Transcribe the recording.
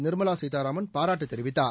Nirmala Sitharaman பாராட்டுதெரிவித்தார்